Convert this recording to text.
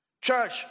Church